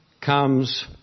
comes